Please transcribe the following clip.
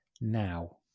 now